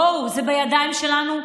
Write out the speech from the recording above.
בואו, זה בידיים שלנו.